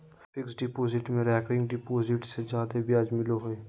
fixed deposit में recurring deposit से जादे ब्याज मिलो हय